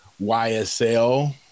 YSL